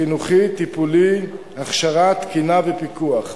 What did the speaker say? חינוכי, טיפולי, הכשרה, תקינה ופיקוח.